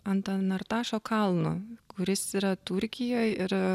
ant anartašo kalno kuris yra turkijoj ir